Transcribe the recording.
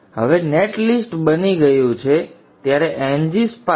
અને હવે net list બની ગયું છે ત્યારે ngSpice forward